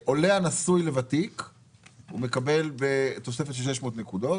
עולה הנשוי לוותיק מקבל תוספת של 600 נקודות.